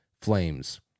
Flames